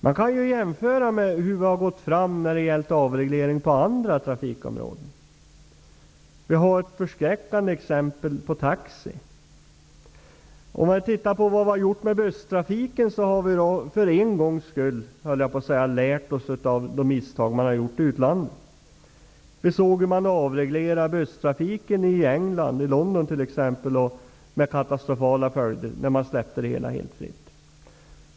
Man kan ju jämföra med hur avregleringen har gått till på andra trafikområden, där taxi utgör ett förskräckande exempel. Vidare kan vi se på t.ex. busstrafiken. För en gångs skull har vi kunnat lära oss av de misstag som har gjorts i utlandet. Vi har t.ex. sett avregleringen av busstrafiken i London, England. Det blev katastrofala följder när busstrafiken släpptes fri.